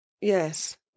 Yes